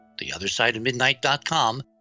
theothersideofmidnight.com